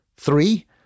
Three